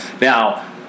Now